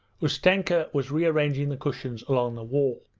ustenka was rearranging the cushions along the wall.